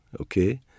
okay